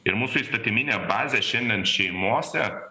ir mūsų įstatyminė bazė šiandien šeimose